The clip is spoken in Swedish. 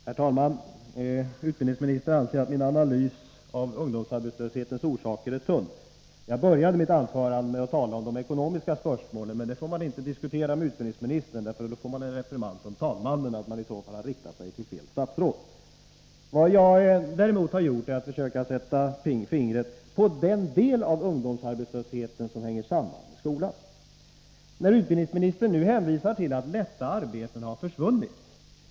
Herr talman! Utbildningsministern anser att min analys av ungdomsarbetslöshetens orsaker är tunn. Jag började mitt anförande med att tala om de ekonomiska spörsmålen, men detta får man inte diskutera med utbildningsministern, för då får man en reprimand av talmannen för att man har riktat sig till fel statsråd. Vad jag i stället har gjort är att jag försökt peka på den del av ungdomsarbetslösheten som hänger samman med skolan. Utbildningsministern hänvisar nu till att lätta arbeten har försvunnit.